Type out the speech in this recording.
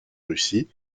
russie